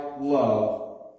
love